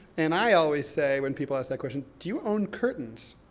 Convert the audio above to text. and i always say, when people ask that question, do you own curtains?